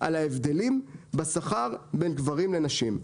על ההבדלים בשכר בין גברים לנשים.